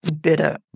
Bitter